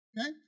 Okay